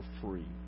free